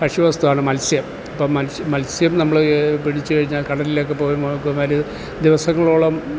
ഭക്ഷ്യവസ്തുവാണ് മൽസ്യം അപ്പം മൽസ്യം നമ്മൾ പിടിച്ചുകഴിഞ്ഞാൽ കടലിലൊക്കെ പോയി മുക്കുവന്മാർ ദിവസങ്ങളോളം